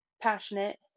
passionate